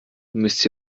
müsst